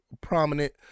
prominent